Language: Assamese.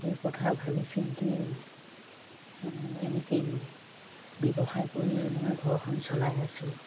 সেই কথা ভাবি চিন্তিয়ে মানে এনেকেই ব্যৱসায় কৰিয়েই মই ঘৰখন চলাই আছোঁ